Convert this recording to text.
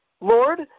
Lord